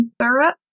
syrup